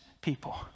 people